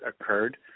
occurred